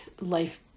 life